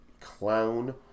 clown